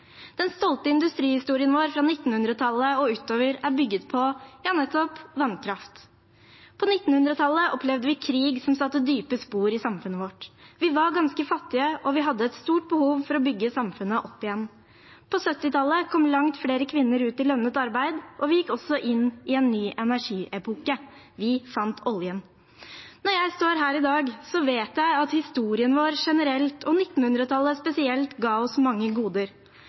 Den stolte industrihistorien vår fra 1900-tallet og utover er bygget på – ja, nettopp – vannkraft. På 1900-tallet opplevde vi krig som satte dype spor i samfunnet vårt. Vi var ganske fattige, og vi hadde et stort behov for å bygge samfunnet opp igjen. På 1970-tallet kom langt flere kvinner ut i lønnet arbeid, og vi gikk også inn i en ny energiepoke – vi fant oljen. Når jeg står her i dag, vet jeg at historien vår generelt, og 1900-tallet spesielt, ga oss mange goder.